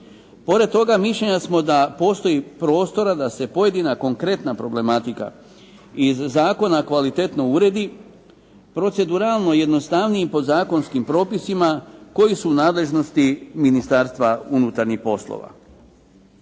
Pored toga mišljenja smo da postoji prostora da se pojedina konkretna problematika iz zakona kvalitetno uredi, proceduralno jednostavnije podzakonskim propisima koji su u nadležnosti Ministarstva unutarnjih poslova.